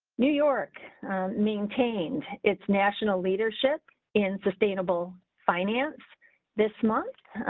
new york maintained, it's national leadership in sustainable finance this month.